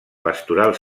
pastoral